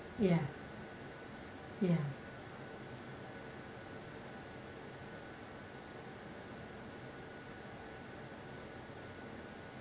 ya ya